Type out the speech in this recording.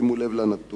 שימו לב לנתון,